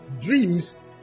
dreams